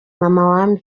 mama